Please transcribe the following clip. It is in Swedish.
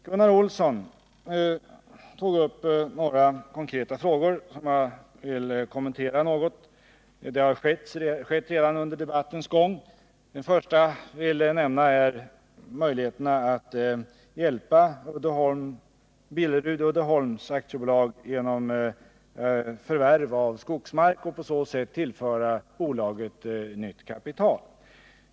Gunnar Olsson tog upp vissa konkreta frågor som jag vill kommentera något. Den första gäller möjligheterna att hjälpa Billerud-Uddeholm AB genom förvärv av skogsmark och på så sätt tillföra bolaget nytt kapital.